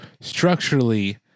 structurally